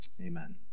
Amen